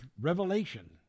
revelation